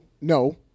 No